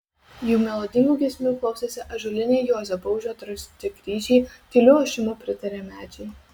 jų melodingų giesmių klausėsi ąžuoliniai juozo baužio drožti kryžiai tyliu ošimu pritarė medžiai